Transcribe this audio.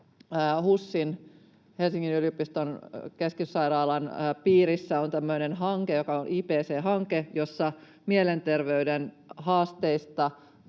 HUSin, Helsingin yliopiston keskussairaalan piirissä on tämmöinen hanke, joka on IPC-hanke, jossa mielenterveyden haasteista